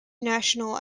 national